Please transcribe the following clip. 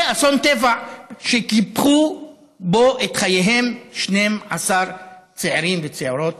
זה אסון טבע שקיפחו בו את חייהם 12 צעירים וצעירות